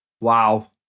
Wow